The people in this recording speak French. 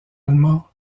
allemand